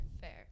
Fair